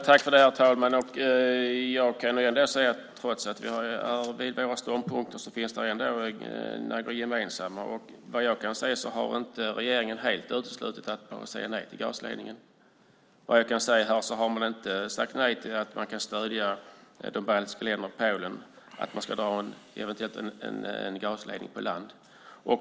Herr talman! Trots att vi håller fast vid våra ståndpunkter finns det en hel del gemensamt. Såvitt jag kan se har regeringen inte helt uteslutit att säga nej till gasledningen. Man har inte sagt nej till att stödja de baltiska länderna och Polen för att eventuellt dra en gasledning på land.